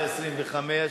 לסדר-היום.